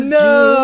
no